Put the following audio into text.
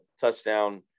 touchdown